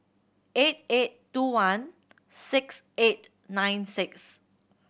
eight eight two one six eight nine six